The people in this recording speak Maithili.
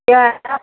किएक आएब